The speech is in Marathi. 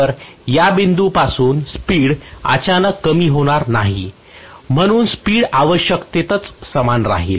तर या बिंदूपासून स्पीड अचानक कमी होणार नाही म्हणून स्पीड आवश्यकतेत समानच राहील